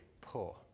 poor